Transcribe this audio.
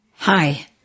Hi